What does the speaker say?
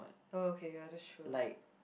like